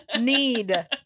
need